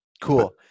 Cool